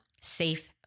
safe